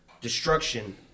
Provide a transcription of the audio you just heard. destruction